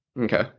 Okay